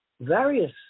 various